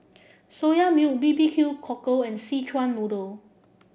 Soya Milk B B Q Cockle and Szechuan Noodle